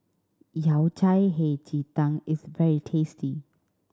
Yao Cai Hei Ji Tang is very tasty